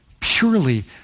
purely